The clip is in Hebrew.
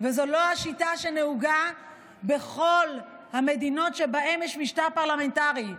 וזו לא השיטה שנהוגה בכל המדינות שבהן יש משטר פרלמנטרי,